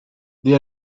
they